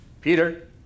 Peter